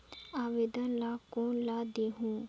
आवेदन ला कोन ला देहुं?